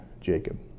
Jacob